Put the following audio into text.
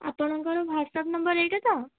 ଆପଣଙ୍କର WhatsApp number ଏଇଟା ତ